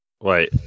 Wait